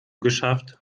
geschafft